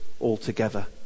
altogether